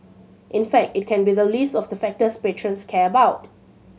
in fact it can be the least of the factors patrons care about